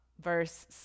verse